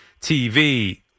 TV